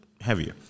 heavier